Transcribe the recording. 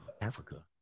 Africa